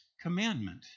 commandment